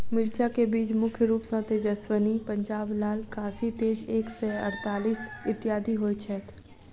मिर्चा केँ बीज मुख्य रूप सँ तेजस्वनी, पंजाब लाल, काशी तेज एक सै अड़तालीस, इत्यादि होए छैथ?